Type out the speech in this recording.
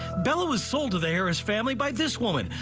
bella was sold to the harris family by this woman,